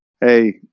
Hey